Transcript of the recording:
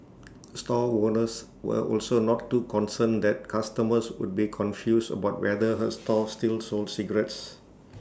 store owners were also not too concerned that customers would be confused about whether A store still sold cigarettes